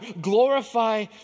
glorify